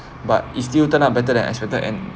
but it still turn out better than I expected and